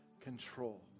control